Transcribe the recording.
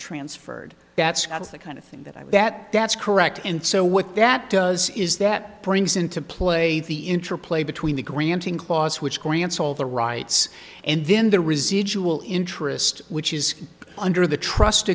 transferred that's the kind of thing that i bet that's correct and so what that does is that brings into play the interplay between the granting clause which grants all the rights and then the residual interest which is under t